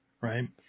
right